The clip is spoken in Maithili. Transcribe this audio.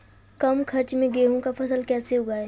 कम खर्च मे गेहूँ का फसल कैसे उगाएं?